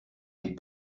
des